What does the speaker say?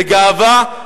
זה גאווה,